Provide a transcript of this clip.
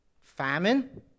famine